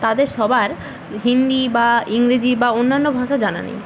তাদের সবার হিন্দি বা ইংরেজি বা অন্যান্য ভাষা জানা নেই